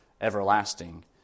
everlasting